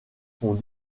sont